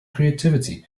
creativity